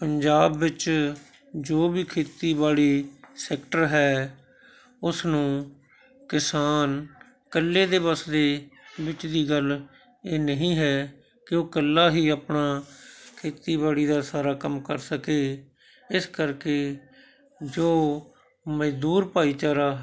ਪੰਜਾਬ ਵਿੱਚ ਜੋ ਵੀ ਖੇਤੀਬਾੜੀ ਸੈਕਟਰ ਹੈ ਉਸਨੂੰ ਕਿਸਾਨ ਇਕੱਲੇ ਦੇ ਵਸ ਦੀ ਵਿੱਚ ਦੀ ਇਹ ਗੱਲ ਨਹੀਂ ਹੈ ਕਿ ਉਹ ਇਕੱਲਾ ਹੀ ਆਪਣਾ ਖੇਤੀਬਾੜੀ ਦਾ ਸਾਰਾ ਕੰਮ ਕਰ ਸਕੇ ਇਸ ਕਰਕੇ ਜੋ ਮਜ਼ਦੂਰ ਭਾਈਚਾਰਾ